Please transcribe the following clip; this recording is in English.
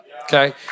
okay